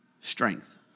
strength